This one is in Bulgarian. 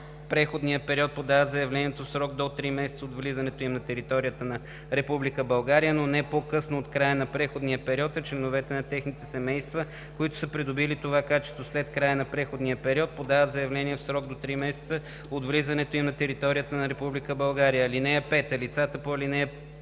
преходния период подават заявлението в срок до три месеца от влизането им на територията на Република България, но не по-късно от края на преходния период, а членовете на техните семейства, които са придобили това качество след края на преходния период подават заявление в срок до три месеца от влизането им на територията на Република България.